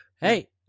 Hey